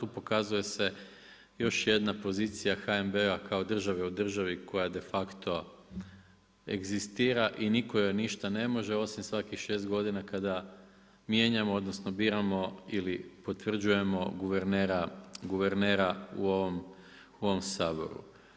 Tu pokazuje se još jedna pozicija HNB-a kao države u državi koja de facto egzistira i nitko joj ništa ne može osim svakih 6 godina kada mijenjamo, odnosno biramo ili potvrđujemo guvernera u ovom Saboru.